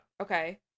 Okay